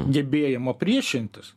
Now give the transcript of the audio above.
gebėjimo priešintis